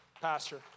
Pastor